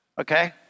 Okay